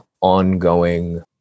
ongoing